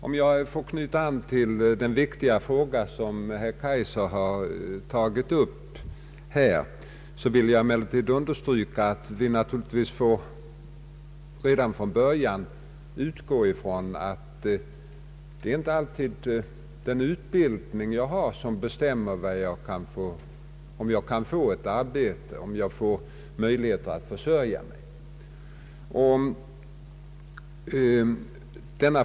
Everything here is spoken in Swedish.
Om jag får knyta an till den viktiga fråga som herr Kaijser nu har tagit upp vill jag emellertid understryka att vi naturligtvis redan från början får utgå från att den utbildning man har inte garanterar att man får ett arbete inom det yrke som man har tänkt sig.